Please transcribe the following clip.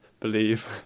believe